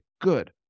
good